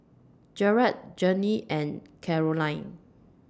Jarrett Jermey and Carolyn